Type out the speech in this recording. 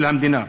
של המדינה.